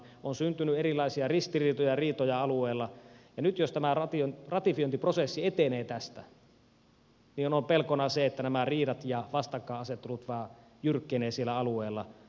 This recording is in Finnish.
on syntynyt erilaisia ristiriitoja riitoja alueella ja nyt jos tämä ratifiointiprosessi etenee tästä on pelkona se että nämä riidat ja vastakkainasettelut vain jyrkkenevät siellä alueella